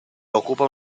ocupa